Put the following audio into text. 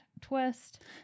twist